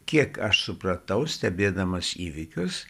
kiek aš supratau stebėdamas įvykius